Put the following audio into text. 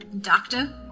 Doctor